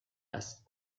است